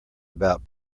about